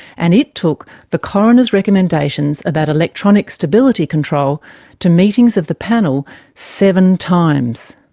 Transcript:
and it took the coroner's recommendations about electronic stability control to meetings of the panel seven times.